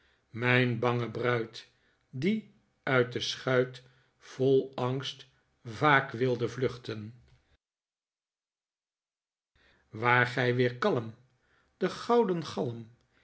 mijn bange bruid die uit de schuit vol angst vaak wilde vluchten waart gij weer kalm de gouden